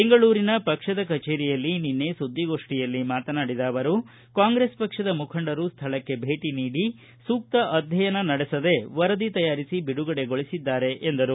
ಬೆಂಗಳೂರಿನ ಪಕ್ಷದ ಕಚೇರಿಯಲ್ಲಿ ನಿನ್ನೆ ಸುದ್ದಿಗೋಷ್ಠಿಯಲ್ಲಿ ಮಾತನಾಡಿದ ಅವರು ಕಾಂಗ್ರೆಸ್ ಪಕ್ಷದ ಮುಖಂಡರು ಸ್ಥಳಕ್ಕೆ ಬೇಟಿ ನೀಡಿ ಸೂಕ್ತ ಅಧ್ಯಯನ ನಡೆಸದೇ ವರದಿ ತಯಾರಿಸಿ ಬಿಡುಗಡೆಗೊಳಿಸಿದ್ದಾರೆ ಎಂದರು